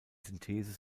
synthese